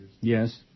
Yes